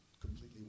completely